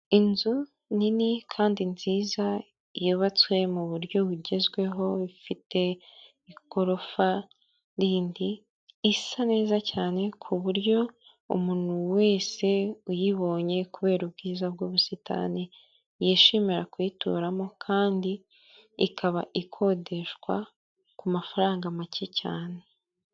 Inzu nini kandi nziza yubatswe mu buryo bugezweho ifite igorofa rindi, isa neza cyane ku buryo umuntu wese uyibonye kubera ubwiza bw'ubusitani yishimira kuyituramo kandi ikaba ikodeshwa ku mafaranga make cyane.